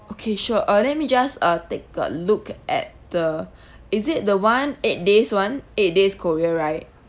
okay sure uh let me just uh take a look at the is it the one eight days [one] eight days korea right